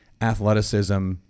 athleticism